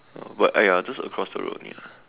ya but !aiya! just across the road only ah